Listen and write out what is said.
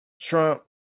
Trump